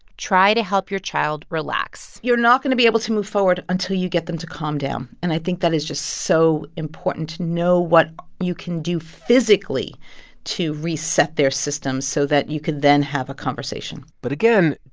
try to help your child relax you're not going to be able to move forward until you get them to calm down. and i think that is just so important to know what you can do physically to reset their system so that you can then have a conversation but again,